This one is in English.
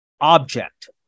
object